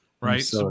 right